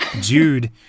Jude